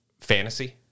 fantasy